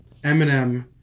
Eminem